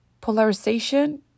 polarization